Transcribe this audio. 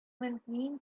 мөмкин